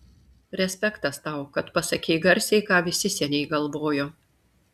respektas tau kad pasakei garsiai ką visi seniai galvojo